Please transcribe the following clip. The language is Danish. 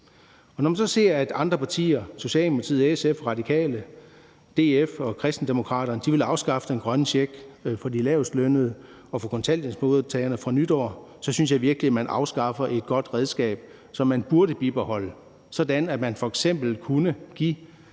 Når man så ser, at andre partier – Socialdemokratiet, SF, Radikale, DF og Kristendemokraterne – vil afskaffe den grønne check for de lavestlønnede og for kontanthjælpsmodtagere fra nytår, synes jeg virkelig, at man afskaffer et godt redskab, som man burde bibeholde, sådan at man f.eks. kunne give